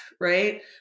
Right